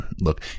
look